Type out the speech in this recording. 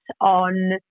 on